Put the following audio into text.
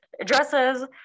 addresses